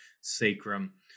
sacrum